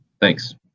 Thanks